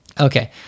Okay